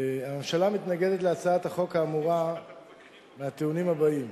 הממשלה מתנגדת להצעת החוק האמורה מהטיעונים הבאים: